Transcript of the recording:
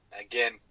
Again